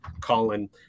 Colin